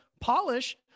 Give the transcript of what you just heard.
polish